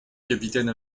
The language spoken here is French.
capitaine